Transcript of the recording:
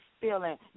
feeling